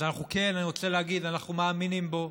אני רוצה להגיד: כן, אנחנו מאמינים בו,